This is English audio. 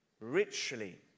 richly